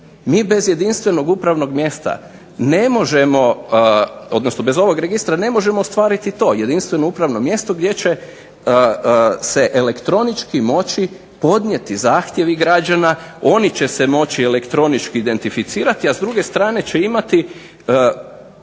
Mi bez jedinstvenog upravnog mjesta ne možemo odnosno bez ovog registra ne možemo ostvariti i to, jedinstveno upravno mjesto gdje će se elektronički moći podnijeti zahtjevi građana. oni će se moći elektronički identificirati a s druge strane će imati